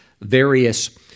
various